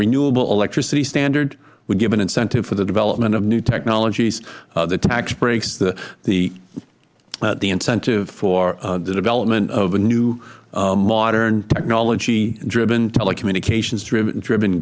renewable electricity standard would give an incentive for the development of new technologies the tax breaks the incentive for the development of a new modern technology driven telecommunications driven